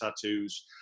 tattoos